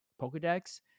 Pokedex